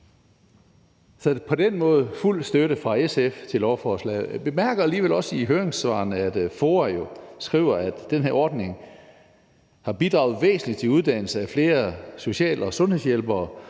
er på den måde fuld støtte fra SF til lovforslaget. Jeg bemærker jo alligevel også i høringssvarene, at FOA skriver, at den her ordning har bidraget væsentligt til uddannelse af flere social- og sundhedshjælpere